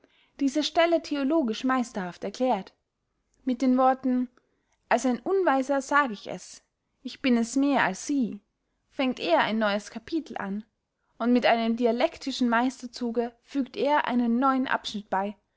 diese stelle theologisch meisterhaft erklärt mit den worten als ein unweiser sag ich es ich bin es mehr als sie fängt er ein neues capitel an und mit einem dialectischen meisterzuge fügt er einen neuen abschnitt bey